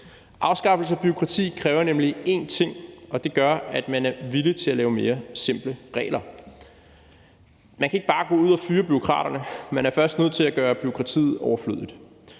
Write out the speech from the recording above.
Afskaffelse af bureaukrati kræver nemlig én ting, og det er, at man er villig til at lave mere simple regler. Men kan ikke bare gå ud og fyre bureaukraterne. Man er nødt til først at gøre bureaukratiet overflødigt,